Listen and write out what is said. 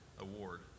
Award